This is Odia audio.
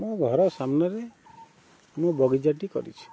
ମୁଁ ଘର ସାମ୍ନାରେ ମୁଁ ବଗିଚାଟି କରିଛି